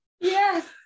yes